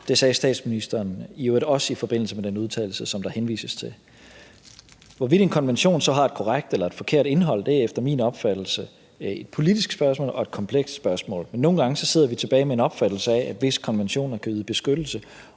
Det sagde statsministeren i øvrigt også i forbindelse med den udtalelse, der henvises til. Hvorvidt en konvention så har et korrekt eller et forkert indhold, er efter min opfattelse et politisk spørgsmål og et komplekst spørgsmål, men nogle gange sidder vi tilbage med en opfattelse af, at visse konventioner kan yde beskyttelse